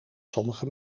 sommige